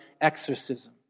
exorcism